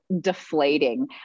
deflating